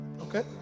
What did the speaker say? okay